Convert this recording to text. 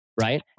right